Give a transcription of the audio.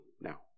now